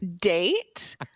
date